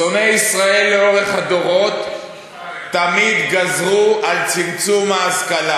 שונאי ישראל לאורך הדורות תמיד גזרו את צמצום ההשכלה,